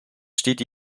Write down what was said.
steht